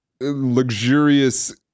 luxurious